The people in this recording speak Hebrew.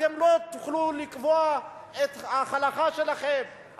אתם לא תוכלו לקבוע את ההלכה שלכם,